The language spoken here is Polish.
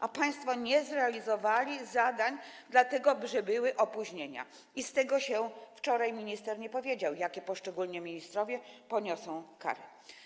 A państwo nie zrealizowali zadań, dlatego że były opóźnienia, i wczoraj minister nie powiedział, jakie poszczególni ministrowie poniosą kary.